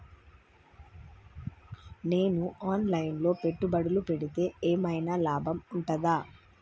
నేను online లో పెట్టుబడులు పెడితే ఏమైనా లాభం ఉంటదా?